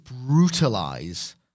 brutalize